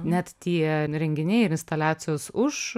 net tie renginiai ir instaliacijos už